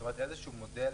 זאת אומרת, איזשהו מודל